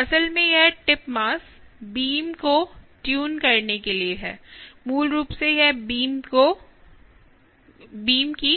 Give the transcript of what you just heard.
असल में यह टिप मास बीम को ट्यून करने के लिए है मूल रूप से यह बीम को प्रतिध्वनि के